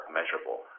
measurable